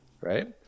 right